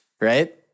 right